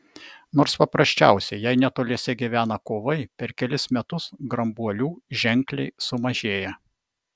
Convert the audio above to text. nors paprasčiausiai jei netoliese gyvena kovai per kelis metus grambuolių ženkliai sumažėja